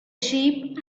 sheep